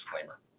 Disclaimer